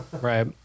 right